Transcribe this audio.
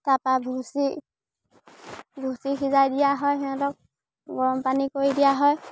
তাপা ভুচি ভুচি সিজাই দিয়া হয় সিহঁতক গৰম পানী কৰি দিয়া হয়